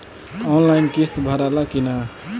Online किस्त भराला कि ना?